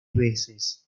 veces